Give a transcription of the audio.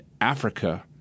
Africa